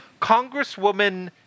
congresswoman